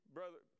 Brother